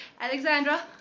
alexandra